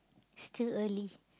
still early